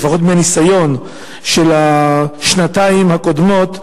לפחות מהניסיון של השנתיים הקודמות,